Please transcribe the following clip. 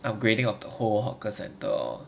upgrading of the whole hawker centre